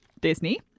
Disney